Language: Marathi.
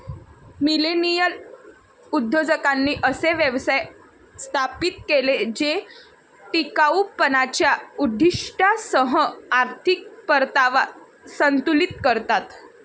मिलेनियल उद्योजकांनी असे व्यवसाय स्थापित केले जे टिकाऊपणाच्या उद्दीष्टांसह आर्थिक परतावा संतुलित करतात